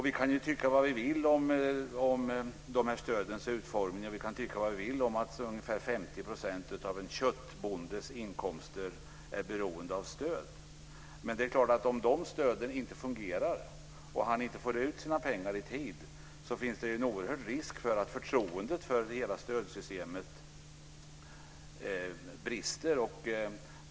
Vi kan ju tycka vad vi vill om de här stödens utformning och om att ungefär 50 % av en köttbondes inkomster är beroende av stöd - men om de stöden inte fungerar och bonden inte får ut sina pengar i tid finns det förstås en oerhörd risk för att förtroendet för hela stödsystemet brister.